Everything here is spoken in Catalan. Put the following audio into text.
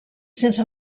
sense